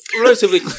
Relatively